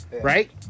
right